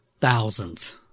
thousands